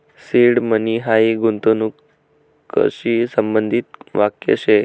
seed money हायी गूंतवणूकशी संबंधित वाक्य शे